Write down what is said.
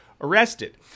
arrested